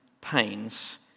pains